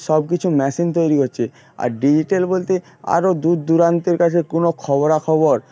সবকিছু মেশিন তৈরি করছে আর ডিজিটাল বলতে আরও দূর দূরান্তের কাছে কোনো খবরাখবর